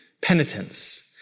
penitence